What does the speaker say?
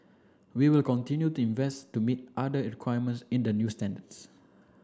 we will continue to invest to meet the other requirements in the new standards